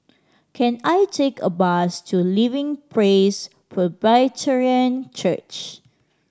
can I take a bus to Living Praise Presbyterian Church